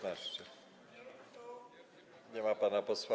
Nie ma pana posła.